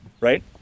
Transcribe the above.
Right